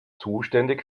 zuständig